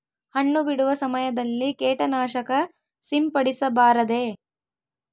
ಹಣ್ಣು ಬಿಡುವ ಸಮಯದಲ್ಲಿ ಕೇಟನಾಶಕ ಸಿಂಪಡಿಸಬಾರದೆ?